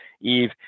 Eve